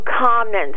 comments